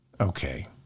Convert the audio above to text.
Okay